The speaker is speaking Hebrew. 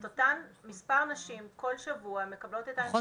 אז אותן מספר נשים כל שבוע מקבלות את..